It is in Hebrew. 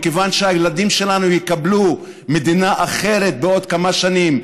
מכיוון שהילדים שלנו יקבלו מדינה אחרת בעוד כמה שנים.